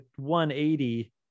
180